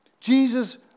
Jesus